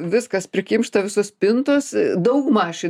viskas prikimšta visos spintos daugmaž į